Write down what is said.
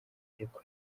ariko